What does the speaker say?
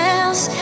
else